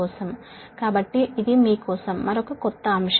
కాబట్టి ఇది మీ కోసం మరొక కొత్త అంశం